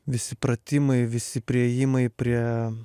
visi pratimai visi priėjimai prie